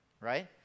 Right